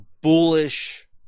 bullish